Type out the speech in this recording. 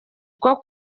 bwo